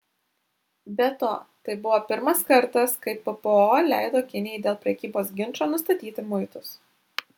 be to tai buvo pirmas kartas kai ppo leido kinijai dėl prekybos ginčo nustatyti muitus